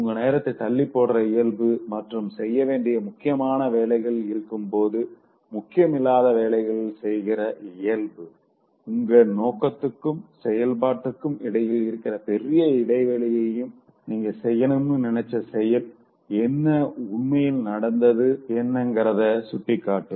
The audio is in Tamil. உங்க நேரத்த தள்ளிப் போடற இயல்பு மற்றும் செய்ய வேண்டிய முக்கியமான வேலைகள் இருக்கும் போது முக்கியமில்லாத வேலைகள செய்கிற இயல்பு உங்க நோக்கத்துக்கும் செயல்பாட்டுக்கும் இடையில இருக்கிற பெரிய இடைவெளியையும் நீங்க செய்யணும்னு நினைச்ச செயல் என்ன உண்மையில் நடந்தது என்னங்கரத சுட்டிக்காட்டும்